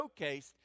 showcased